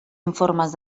informes